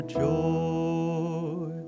joy